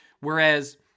Whereas